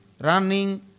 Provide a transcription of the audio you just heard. running